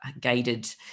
guided